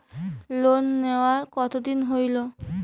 Loan নেওয়ার কতদিন হইল?